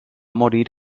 morir